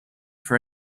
for